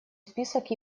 список